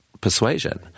persuasion